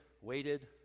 waited